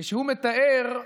כשהוא מתאר,